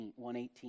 118